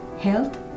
health